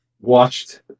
watched